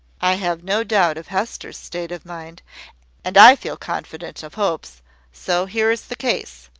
i have no doubt of hester's state of mind and i feel confident of hope's so here is the case,